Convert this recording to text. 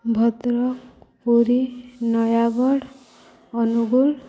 Bhadrak Puri Nayagarh Angul